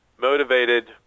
motivated